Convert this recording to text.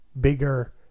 bigger